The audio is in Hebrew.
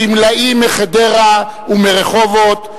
גמלאים מחדרה ומרחובות.